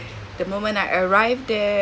the moment I arrived there